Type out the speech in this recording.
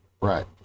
Right